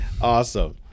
awesome